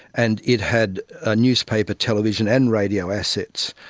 and it had ah newspaper, television and radio assets.